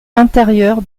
intérieur